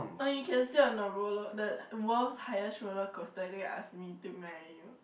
or you can sit on the roller the world's highest roller coaster then you ask me to marry you